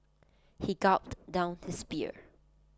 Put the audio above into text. he gulped down his beer